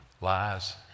lies